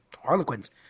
harlequins